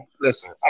listen